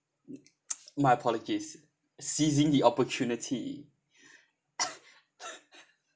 my apologies seizing the opportunity